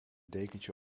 dekentje